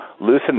loosen